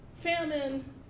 famine